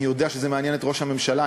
אני יודע שזה מעניין את ראש הממשלה,